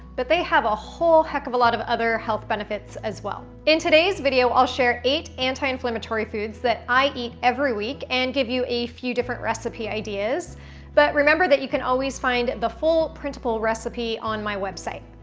but they have a whole heck of a lot of other health benefits as well. in today's video i'll share eight anti-inflammatory foods that i eat every week and give you a few different recipe ideas but remember that you can always find the full, printable recipe on my website.